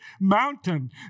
mountain